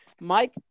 mike